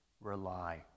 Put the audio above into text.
rely